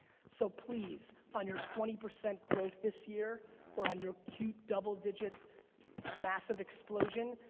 so please, on your twenty percent growth this year or on your cute double digit massive explosion,